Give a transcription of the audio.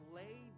lay